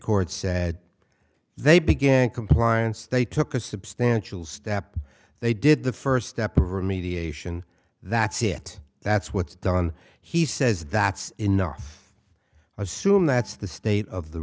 court said they began compliance they took a substantial step they did the first step of remediation that's it that's what's done he says that's enough i assume that's the state of the